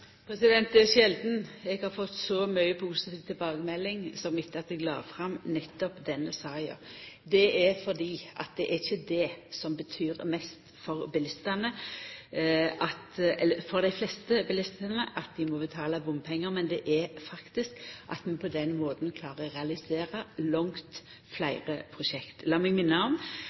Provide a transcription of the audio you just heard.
eg har fått så mykje positiv tilbakemelding som etter at eg la fram nettopp denne saka. Det er fordi at det er ikkje det at dei må betala bompengar som betyr mest for dei fleste bilistane, men det er faktisk at vi på den måten klarer å realisera langt fleire prosjekt. Lat meg